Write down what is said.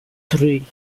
three